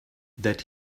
that